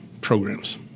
programs